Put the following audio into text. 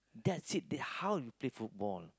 that's it that's how you play football